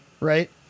Right